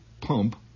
pump